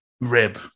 rib